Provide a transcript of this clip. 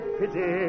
pity